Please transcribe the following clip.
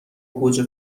گوجه